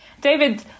David